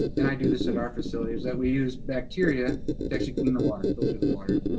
and i do this at our facility, is that we use bacteria to actually clean the water, filter the water.